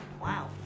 Wow